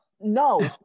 no